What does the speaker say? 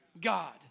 God